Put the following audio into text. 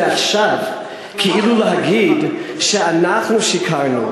עכשיו כדי להגיד שאנחנו כאילו שיקרנו,